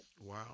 Wow